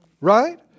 Right